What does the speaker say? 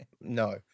No